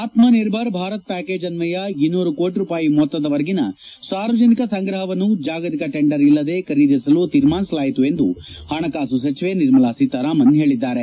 ಆತ್ಮ ನಿರ್ಭರ್ ಭಾರತ್ ಪ್ಯಾಕೇಜ್ ಅನ್ವಯ ಇನ್ನೂರು ಕೋಟಿ ರೂಪಾಯಿ ಮೊತ್ತದವರೆಗಿನ ಸಾರ್ವಜನಿಕ ಸಂಗ್ರಹವನ್ನು ಜಾಗತಿಕ ಟೆಂಡರ್ ಇಲ್ಲದೆ ಖರೀದಿಸಲು ತೀರ್ಮಾನಿಸಲಾಯಿತು ಎಂದು ಪಣಕಾಸು ಸಚಿವೆ ನಿರ್ಮಲಾ ಸೀತಾರಾಮನ್ ಹೇಳಿದ್ದಾರೆ